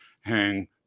hang